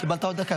קיבלת עוד דקה.